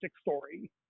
story